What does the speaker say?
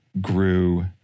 grew